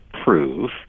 prove